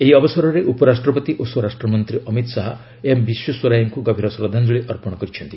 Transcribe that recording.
ଏହି ଅବସରରେ ଉପରାଷ୍ଟ୍ରପତି ଓ ସ୍ୱରାଷ୍ଟ୍ରମନ୍ତ୍ରୀ ଅମିତ ଶାହ ଏମ୍ ବିଶ୍ୱେଶ୍ୱରେିୟାଙ୍କୁ ଗଭୀର ଶ୍ରଦ୍ଧାଞ୍ଚଳି ଅର୍ପଣ କରିଛନ୍ତି